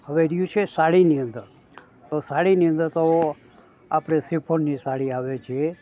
હવે રહ્યું છે સાડીની અંદર તો સાડીની અંદર તો આપણે શિફોનની સાડી આવે છે